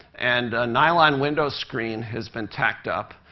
and a nylon window screen has been tacked up.